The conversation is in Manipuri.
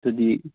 ꯑꯗꯨꯗꯤ